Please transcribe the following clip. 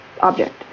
object